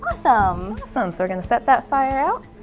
awesome awesome. so we're gonna set that fire out.